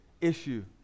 issue